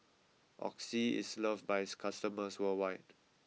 Oxy is loved by its customers worldwide